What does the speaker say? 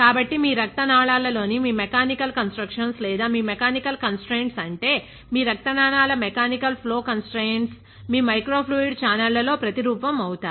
కాబట్టి మీ రక్తనాళాల్లోని మీ మెకానికల్ కన్స్ట్రుక్షన్స్ లేదా మీ మెకానికల్ కంస్ట్రయిన్ట్స్ అంటే మీ రక్తనాళాల మెకానికల్ ఫ్లో కంస్ట్రయిన్ట్స్ ఈ మైక్రో ఫ్లూయిడ్ ఛానెళ్లలో ప్రతి రూపం అవుతాయి